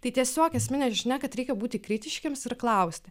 tai tiesiog esminė žinia kad reikia būti kritiškiems ir klausti